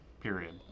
Period